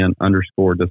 underscore